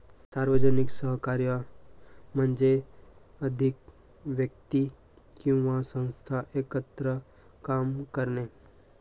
सार्वजनिक सहकार्य म्हणजे अधिक व्यक्ती किंवा संस्था एकत्र काम करणे